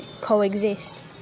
coexist